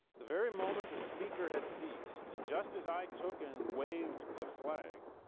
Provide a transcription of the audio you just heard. the very moment the speaker had ceased, and just as i took and waved the flag,